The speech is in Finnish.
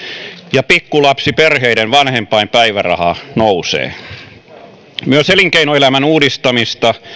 ja pikkulapsiperheiden vanhempainpäiväraha nousee myös elinkeinoelämän uudistamista